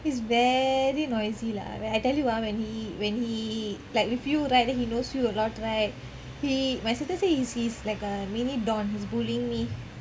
he's very noisy lah when I tell you ah when he when he like with you right then he knows you a lot right he my sister says he's like a mini don he is bullying me